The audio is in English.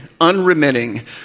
unremitting